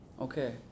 Okay